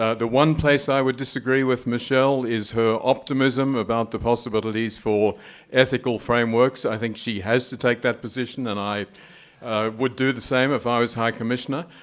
ah the one place i would disagree with michelle is her optimism about the possibilities for ethical frameworks. i think she has to take that position, and i would do the same if i was high commissioner.